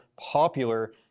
popular